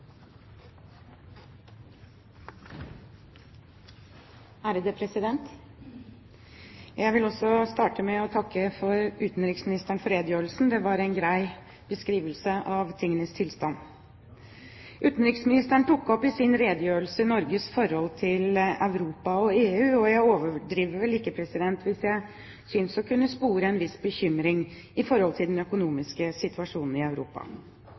Jeg vil også starte med å takke utenriksministeren for redegjørelsen, det var en grei beskrivelse av tingenes tilstand. Utenriksministeren tok i sin redegjørelse opp Norges forhold til Europa og EU, og jeg overdriver vel ikke hvis jeg sier jeg kunne spore en viss bekymring i forhold til den økonomiske situasjonen i Europa.